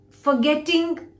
forgetting